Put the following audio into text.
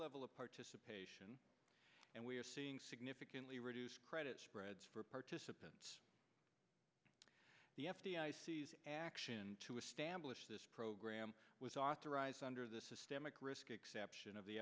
level of participation and we are seeing significantly reduced credit spreads for participants the action to establish this program was authorized under the systemic risk exception of the